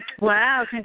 Wow